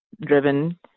driven